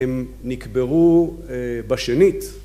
הם נקברו בשנית.